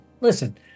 Listen